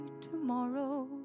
tomorrow